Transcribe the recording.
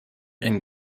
and